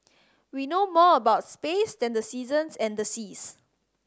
we know more about space than the seasons and the seas